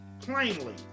plainly